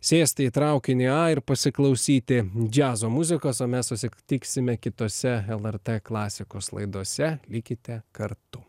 sėsti į traukinį ir pasiklausyti džiazo muzikos o mes susitiksime kitose lrt klasikos laidose likite kartu